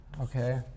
Okay